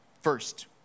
First